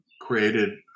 created